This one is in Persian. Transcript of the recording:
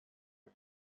دید